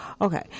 Okay